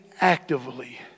actively